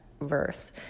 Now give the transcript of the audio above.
verse